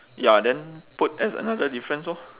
ya then put as another difference orh